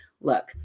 look